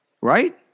Right